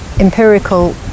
empirical